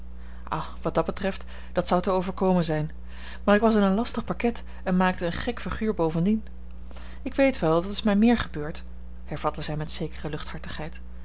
o wat dat betreft dat zou te overkomen zijn maar ik was in een lastig parket en maakte een gek figuur bovendien ik weet wel dat is mij meer gebeurd hervatte zij met zekere